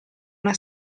una